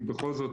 בכל זאת,